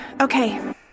Okay